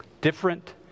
Different